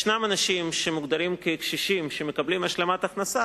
יש אנשים שמוגדרים קשישים ומקבלים השלמת הכנסה,